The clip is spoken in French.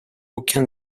aucun